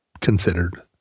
considered